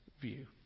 view